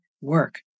work